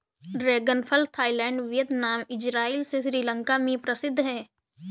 dragon फल Thailand, Vietnam, Israel और श्रीलंका में प्रसिद्ध है